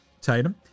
Tatum